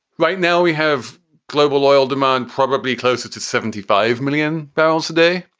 right now we have global oil demand probably closer to seventy five million barrels a day.